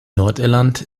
nordirland